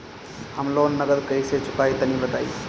हम लोन नगद कइसे चूकाई तनि बताईं?